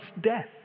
death